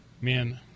man